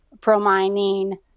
pro-mining